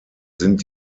sind